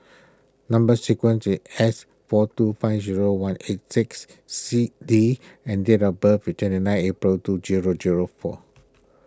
Number Sequence is S four two five zero one eight six C D and date of birth is twenty nine April two zero zero four